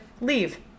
leave